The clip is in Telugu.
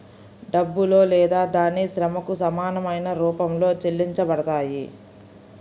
డబ్బులో లేదా దాని శ్రమకు సమానమైన రూపంలో చెల్లించబడతాయి